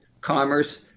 commerce